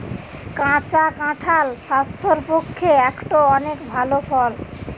কাঁচা কাঁঠাল স্বাস্থ্যের পক্ষে একটো অনেক ভাল ফল